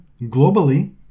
globally